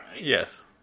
yes